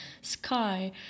sky